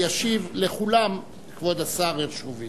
ישיב לכולם כבוד השר הרשקוביץ.